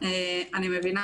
אני מבינה,